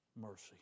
mercy